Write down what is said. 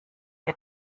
ihr